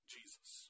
Jesus